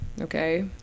Okay